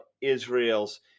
Israel's